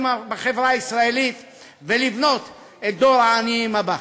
בחברה הישראלית ולבנות את דור העניים הבא.